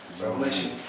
Revelation